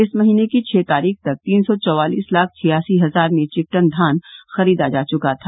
इस महीने की छह तारीख तक तीन सौ चौवालिस लाख छियासी हजार मीट्रिक टन धान खरीदा जा चुका था